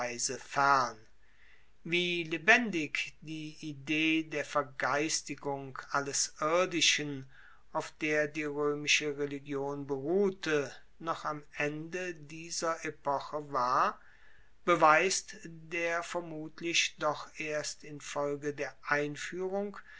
wie lebendig die idee der vergeistigung alles irdischen auf der die roemische religion beruhte noch am ende dieser epoche war beweist der vermutlich doch erst infolge der einfuehrung